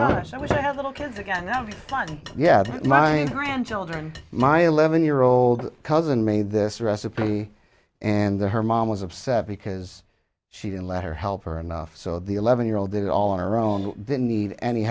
sure which i have little kids again i've done yeah my grandchildren my eleven year old cousin made this recipe and her mom was upset because she didn't let her help her enough so the eleven year old did it all on our own didn't need any